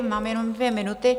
Mám jenom dvě minuty.